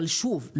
אבל שוב,